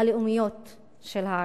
הלאומיות של הערבים.